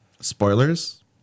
Spoilers